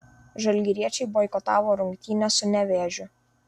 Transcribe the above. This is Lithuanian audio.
žalgiriečiai boikotavo rungtynes su nevėžiu